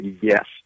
yes